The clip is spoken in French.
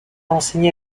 enseigné